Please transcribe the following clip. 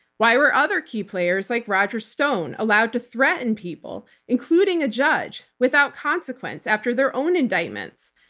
why were other key players, like roger stone, allowed to threaten people, including a judge, without consequence after their own indictments?